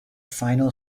final